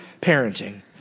parenting